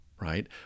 right